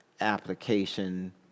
application